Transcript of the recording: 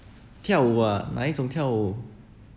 跳舞啊哪一种跳舞